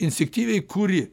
insektyviai kuri